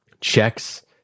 checks